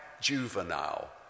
juvenile